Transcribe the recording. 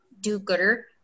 do-gooder